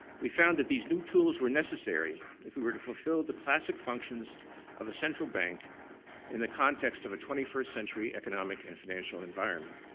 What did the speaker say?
we found that these new tools were necessary if we were to fulfill the classic functions of a central bank in the context of a twenty first century economic and financial environment.